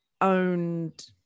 owned